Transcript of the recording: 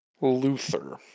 Luther